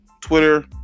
Twitter